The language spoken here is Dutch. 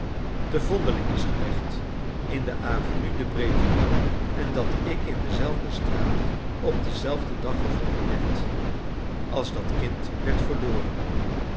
te vondeling is gelegd in de avenue de breteuil en dat ik in dezelfde straat op denzelfden dag gevonden werd als dat kind werd verloren